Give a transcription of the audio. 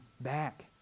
back